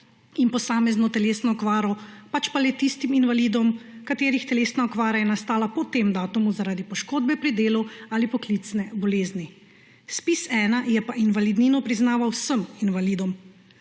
s posamezno telesno okvaro, pač pa le tistim invalidom, katerih telesna okvara je nastala po tem datumu zaradi poškodbe pri delu ali poklicne bolezni. ZPIZ-1 je pa invalidnino priznaval vsem invalidom